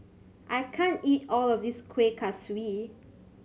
I can't eat all of this Kuih Kaswi